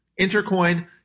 Intercoin